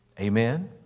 Amen